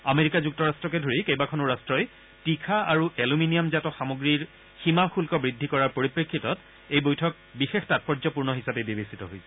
America যুক্তৰট্টকে ধৰি কেইবাখনো ৰট্টই তীখা আৰু এলুমিনিয়ামজাত সামগ্ৰীৰ সীমা শুল্ক বৃদ্ধি কৰাৰ পৰিপ্ৰেক্ষিতত এই বৈঠক বিশেষ তাৎপৰ্যপূৰ্ণ হিচাপে বিবেচিত হৈছে